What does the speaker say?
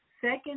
second